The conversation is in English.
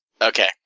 Okay